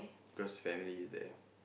cause family is there